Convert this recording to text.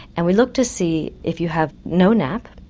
and we looked to see if you have no nap,